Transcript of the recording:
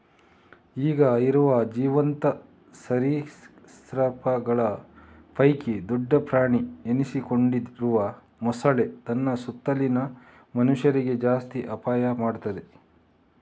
ಈಗ ಇರುವ ಜೀವಂತ ಸರೀಸೃಪಗಳ ಪೈಕಿ ದೊಡ್ಡ ಪ್ರಾಣಿ ಎನಿಸಿಕೊಂಡಿರುವ ಮೊಸಳೆ ತನ್ನ ಸುತ್ತಲಿನ ಮನುಷ್ಯರಿಗೆ ಜಾಸ್ತಿ ಅಪಾಯ ಮಾಡ್ತದೆ